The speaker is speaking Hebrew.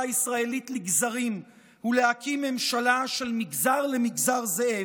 הישראלית לגזרים ולהקים ממשלה שמגזר למגזר זאב.